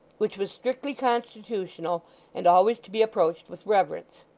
which was strictly constitutional and always to be approached with reverence.